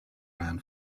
ran